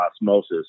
osmosis